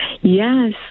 yes